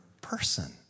person